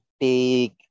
take